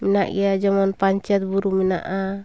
ᱢᱮᱱᱟᱜ ᱜᱮᱭᱟ ᱡᱮᱢᱚᱱ ᱯᱟᱧᱪᱮᱛ ᱵᱩᱨᱩ ᱢᱮᱱᱟᱜᱼᱟ